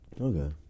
Okay